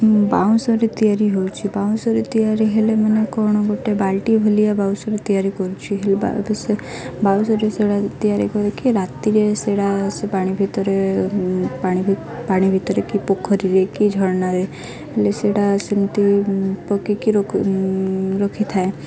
ବାଉଁଶରେ ତିଆରି ହେଉଛି ବାଉଁଶରେ ତିଆରି ହେଲେ ମାନେ କ'ଣ ଗୋଟେ ବାଲ୍ଟି ଭଲିଆ ବାଉଁଶରେ ତିଆରି କରୁଚି ହେ ସେ ବାଉଁଶରେ ସେଟା ତିଆରି କରିକି ରାତିରେ ସେଟା ସେ ପାଣି ଭିତରେ ପାଣି ପାଣି ଭିତରେ କି ପୋଖରୀରେ କି ଝରଣାରେ ହେଲେ ସେଟା ସେମିତି ପକେଇକି ରଖିଥାଏ